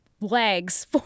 Legs